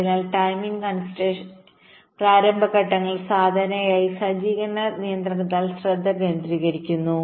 അതിനാൽ timing constraint പ്രാരംഭ ഘട്ടങ്ങൾ സാധാരണയായി സജ്ജീകരണ നിയന്ത്രണങ്ങളിൽ ശ്രദ്ധ കേന്ദ്രീകരിക്കുന്നു